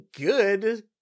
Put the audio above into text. good